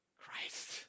Christ